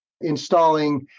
installing